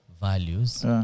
values